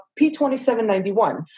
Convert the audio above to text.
P2791